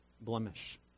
blemish